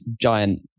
giant